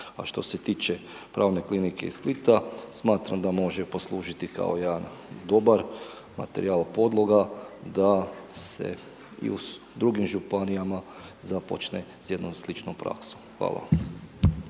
A što se tiče pravne klinike iz Splita smatram da može poslužiti kao jedan dobar materijal, podloga, da se i u drugim županijama započne s jednom sličnom praksom. Hvala.